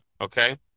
okay